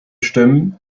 stimmen